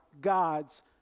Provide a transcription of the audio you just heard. God's